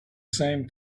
same